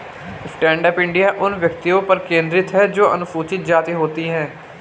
stand up India उन व्यक्तियों पर केंद्रित है जो अनुसूचित जाति होती है